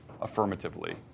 affirmatively